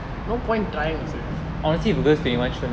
no point trying